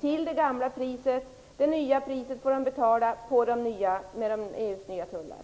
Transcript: till det gamla priset. Det nya priset får de betala på nya lager med EU:s tullar.